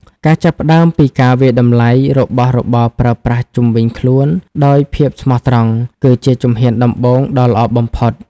ការចាប់ផ្តើមពីការវាយតម្លៃរបស់របរប្រើប្រាស់ជុំវិញខ្លួនដោយភាពស្មោះត្រង់ គឺជាជំហានដំបូងដ៏ល្អបំផុត។